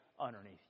underneath